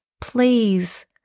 please